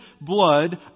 blood